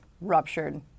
ruptured